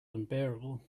unbearable